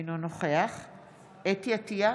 אינו נוכח חוה אתי עטייה,